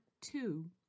two